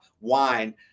wine